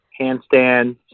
handstands